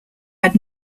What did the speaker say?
had